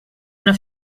una